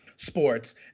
sports